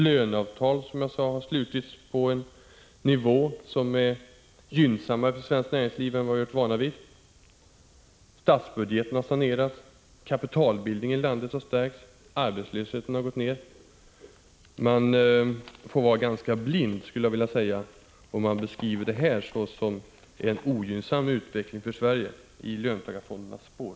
Löneavtalen har, som jag tidigare sade, slutits på en nivå som är gynnsammare för svenskt näringsliv än vad vi har varit vana vid. Statsbudgeten har sanerats. Kapitalbildningen i landet har stärkts. Arbetslösheten har gått ned. Man får vara ganska blind om man skall beskriva detta som en ogynnsam utveckling för Sverige i löntagarfondernas spår.